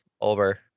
over